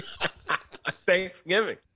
Thanksgiving